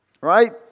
right